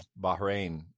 Bahrain